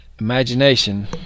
imagination